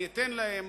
אני אתן להן